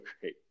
great